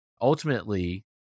Ultimately